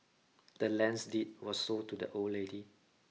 the land's deed was sold to the old lady